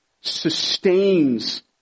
sustains